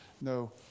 no